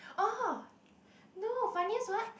!wah! no funniest [what]